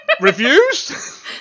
reviews